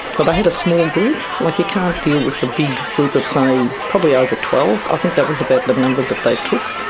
but they had a small group like you can't deal with a big group of say, probably over twelve. i think that was about the numbers that they took.